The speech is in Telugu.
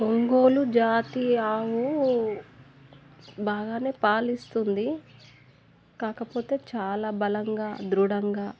ఒంగోలు జాతి ఆవు బాగానే పాలు ఇస్తుంది కాకపోతే చాలా బలంగా దృఢంగా